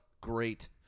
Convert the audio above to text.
great